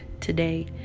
today